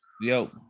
Yo